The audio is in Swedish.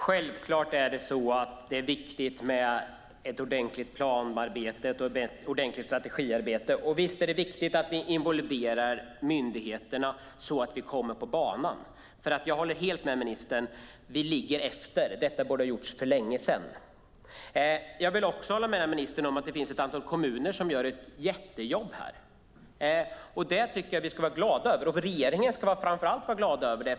Herr talman! Det är självfallet viktigt med ett ordentligt planarbete och ett ordentligt strategiarbete. Visst är det viktigt att vi involverar myndigheterna så att vi kommer på banan. Jag håller helt med ministern om att vi ligger efter. Detta borde ha gjorts för länge sedan. Jag håller också med ministern om att det finns ett antal kommuner som gör ett jättejobb här. Det tycker jag att vi ska vara glada över, och framför allt ska regeringen vara glad över det.